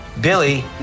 Billy